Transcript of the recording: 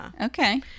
Okay